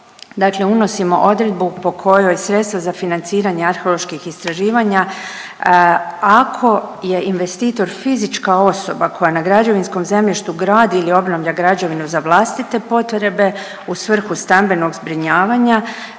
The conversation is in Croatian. dakle unosimo odredbu po kojoj sredstva za financiranje arheoloških istraživanja ako je investitor fizička osoba koja na građevinskom zemljištu gradi i obnavlja građevinu za vlastite potrebe u svrhu stambenog zbrinjavanja